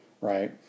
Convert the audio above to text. right